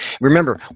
Remember